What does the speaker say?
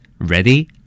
Ready